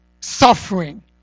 suffering